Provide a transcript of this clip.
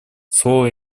слово